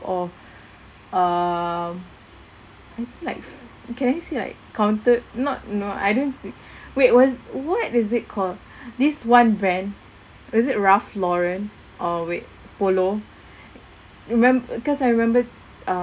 or um I think like can I say like counted not no I don't wait what what is it called this one brand was it ralph lauren or wait polo remem~ cause I remember uh